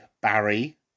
Barry